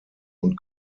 und